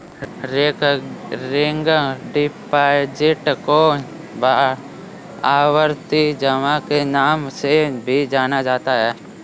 recurring deposit को आवर्ती जमा के नाम से भी जाना जाता है